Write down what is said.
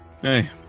Hey